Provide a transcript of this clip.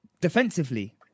defensively